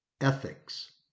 ethics